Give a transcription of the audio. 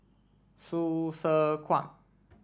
Hsu Tse Kwang